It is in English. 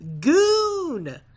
Goon